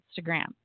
Instagram